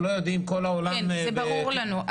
זה ברור לנו.